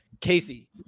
Casey